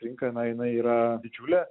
rinka na jinai yra didžiulė